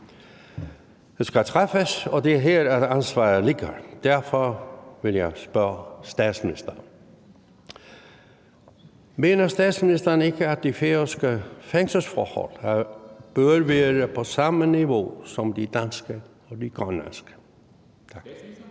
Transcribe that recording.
skal træffes, og at det er her, ansvaret ligger. Derfor vil jeg spørge statsministeren: Mener statsministeren ikke, at de færøske fængselsforhold bør være på samme niveau som de danske og de grønlandske?